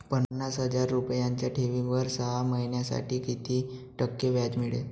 पन्नास हजार रुपयांच्या ठेवीवर सहा महिन्यांसाठी किती टक्के व्याज मिळेल?